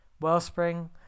Wellspring